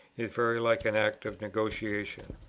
is very like an act of negotiation.